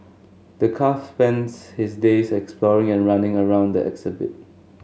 the calf spends his days exploring and running around the exhibit